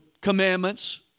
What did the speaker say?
commandments